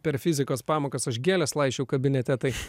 per fizikos pamokas aš gėles laisčiau kabinete tai